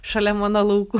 šalia mano laukų